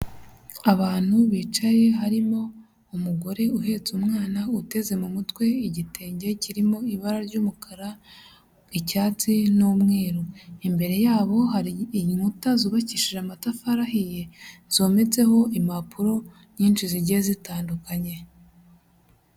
Abantu bicaye, harimo umugore uhetse umwana uteze mu mutwe igitenge kirimo ibara ry'umukara, icyatsi n'umweru. Imbere yabo, hari inkuta zubakishije amatafari ahiye, zometseho impapuro nyinshi zigiye zitandukanye.